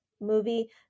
movie